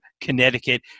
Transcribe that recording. Connecticut